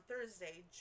Thursday